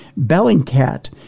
Bellingcat